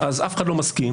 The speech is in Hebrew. אז אף אחד לא מסכים,